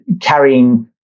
carrying